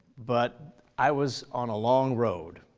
but i was on a long road.